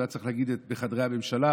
הוא היה צריך להגיד בחדרי הממשלה.